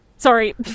Sorry